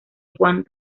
juan